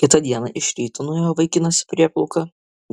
kitą dieną iš ryto nuėjo vaikinas į prieplauką